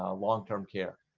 ah long-term care